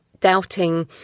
doubting